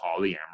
polyamorous